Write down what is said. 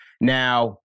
Now